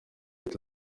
leta